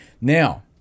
Now